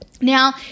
Now